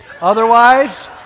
Otherwise